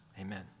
Amen